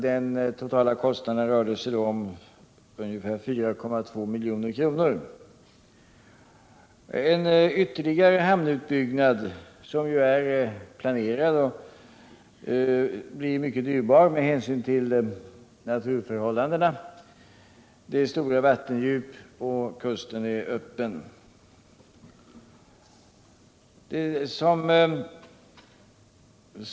Den totala kostnaden rörde sig då om ungefär 4,2 milj.kr. En ytterligare hamnutbyggnad, som ju är planerad, blir mycket dyrbar med hänsyn till naturförhållandena. Det är stora vattendjup, och kusten är öppen.